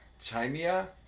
China